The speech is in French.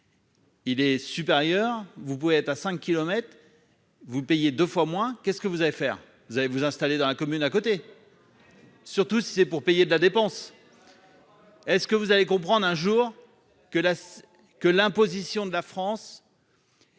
Il est supérieur, vous pouvez être à 5 kilomètres vous payez 2 fois moins qu'est-ce que vous allez faire vous avez vous, installé dans la commune à côté, surtout si c'est pour payer de la dépense est-ce que vous allez comprendre un jour que la que l'imposition de la France,